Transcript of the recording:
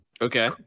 Okay